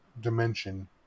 dimension